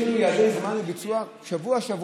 יש לנו יעדי זמן לביצוע שבוע-שבוע,